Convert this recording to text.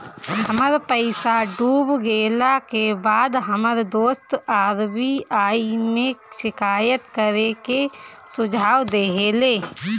हमर पईसा डूब गेला के बाद हमर दोस्त आर.बी.आई में शिकायत करे के सुझाव देहले